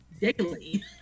daily